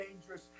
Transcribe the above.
dangerous